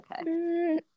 Okay